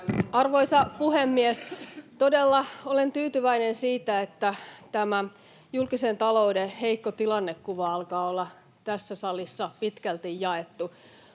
Arvoisa puhemies! Todella olen tyytyväinen siitä, että tämä julkisen talouden heikko tilannekuva alkaa olla tässä salissa pitkälti jaettu.